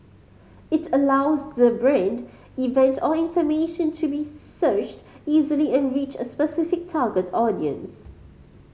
it allows the brand event or information to be searched easily and reach a specific target audience